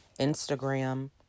Instagram